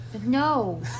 No